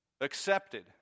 accepted